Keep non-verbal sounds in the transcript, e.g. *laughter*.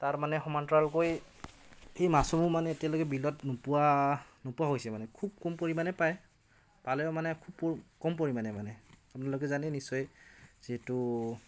তাৰ মানে সমান্তৰালকৈ এই মাছো মানে এতিয়ালৈকে বিলত নোপোৱা নোপোৱা হৈছে মানে খুব কম পৰিমাণে পায় পালেও মানে *unintelligible* কম পৰিমাণে মানে আপোনালোকে জানেই নিশ্চয় যিহেতু